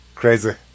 Crazy